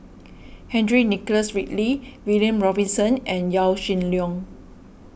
Henry Nicholas Ridley William Robinson and Yaw Shin Leong